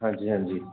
ਹਾਂਜੀ ਹਾਂਜੀ